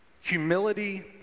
humility